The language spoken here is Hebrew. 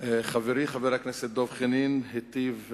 חברי חבר הכנסת דב חנין היטיב,